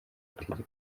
itegeko